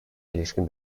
ilişkin